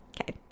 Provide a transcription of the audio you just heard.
Okay